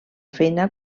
feina